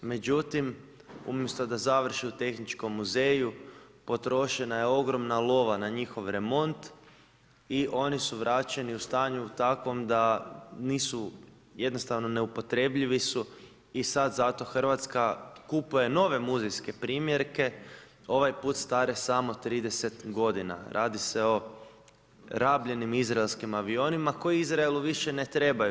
Međutim, umjesto da završi u tehničkom muzeju, potrošena je ogromna lova na njihov remont i oni su vraćeni u stanju, takvom da nisu, jednostavno neupotrebljivi su i sada zato Hrvatska kupuje nove muzejske primjerke, ovaj put stare samo 30 g. Radi se o rabljenim izraelskim avionima, koji Izraelu više ne trebaju.